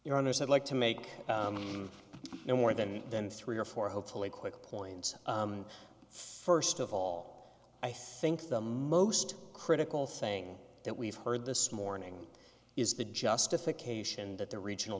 your honors i'd like to make no more than than three or four hopefully quick points first of all i think the most critical thing that we've heard this morning is the justification that the regional